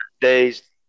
days